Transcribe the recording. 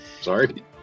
Sorry